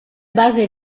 base